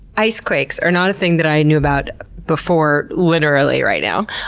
ice quakes are not a thing that i knew about before literally right now.